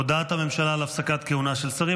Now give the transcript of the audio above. הודעת הממשלה על הפסקת כהונה של שרים.